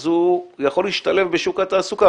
אז הוא יכול להשתלב בשירות התעסוקה,